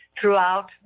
throughout